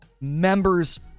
members